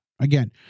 again